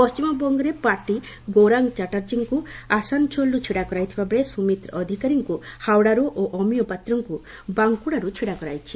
ପଣ୍ଟିମବଙ୍ଗରେ ପାର୍ଟି ଗୌରାଙ୍ଗ ଚାଟାର୍ଜୀଙ୍କୁ ଆସାନସୋଲରୁ ଛିଡା କରାଇଥିବାବେଳେ ସୁମିତ୍ର ଅଧିକାରୀଙ୍କୁ ହାଓଡାରୁ ଓ ଅମୀୟ ପାତ୍ରଙ୍କୁ ବଙ୍କଡାର୍ ଛିଡା କରାଇଛି